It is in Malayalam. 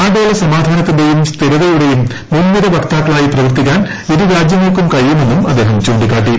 ആഗോള സമാധാനത്തിന്റെയും സ്ഥിരതയുടെയും മുൻനിര വക്താക്കളായി പ്രവർത്തിക്കാൻ ഇരു രാജ്യങ്ങൾക്കും കഴിയുമെന്നും അദ്ദേഹം ചൂണ്ടിക്കാട്ടി